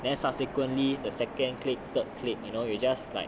then subsequently the second click third click you know you just like